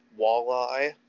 walleye